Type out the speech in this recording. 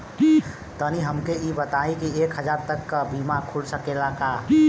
तनि हमके इ बताईं की एक हजार तक क बीमा खुल सकेला का?